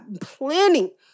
plenty